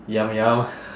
yum yum